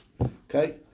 Okay